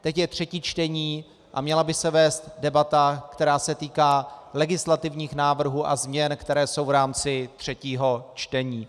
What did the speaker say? Teď je třetí čtení a měla by se vést debata, která se týká legislativních návrhů a změn, které jsou v rámci třetího čtení.